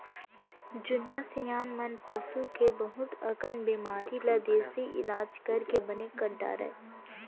जुन्ना सियान मन पसू के बहुत अकन बेमारी ल देसी इलाज करके बने कर डारय